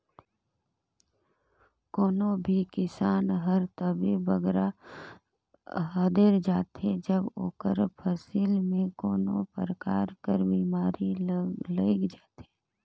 कोनो भी किसान हर तबे बगरा हदेर जाथे जब ओकर फसिल में कोनो परकार कर बेमारी लइग जाथे